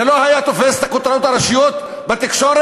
זה לא היה תופס את הכותרות הראשיות בתקשורת?